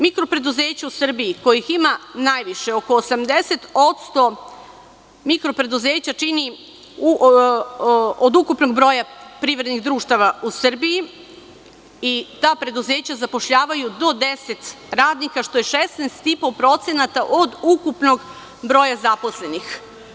Mikropreduzeća u Srbiji, kojih ima najviše, oko 80% mikropreduzeća čini od ukupnog broja privrednih društava u Srbiji i ta preduzeća zapošljavaju do 10 radnika, što je 16,5% od ukupnog broja zaposlenih.